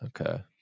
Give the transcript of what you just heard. Okay